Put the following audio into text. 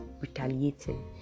retaliating